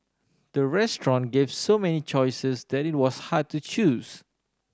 the restaurant gave so many choices that it was hard to choose